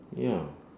ya